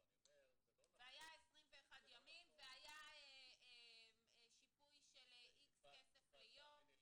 זה לא נכון -- והיה 21 ימים והיה שיפוי של x כסף ליום.